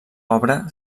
obra